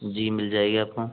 जी मिल जाएगी अपका